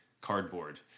cardboard